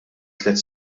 tliet